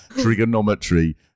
trigonometry